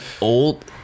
old